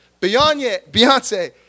Beyonce